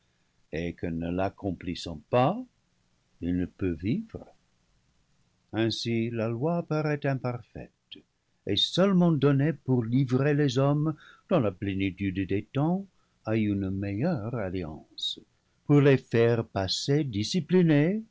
et que ne l'accom plissant pas il ne peut vivre ainsi la loi parait imparfaite et seulement donnée pour li vrer les hommes dans la plénitude des temps à une meilleure alliance pour les faire passer disciplinés